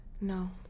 No